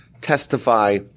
testify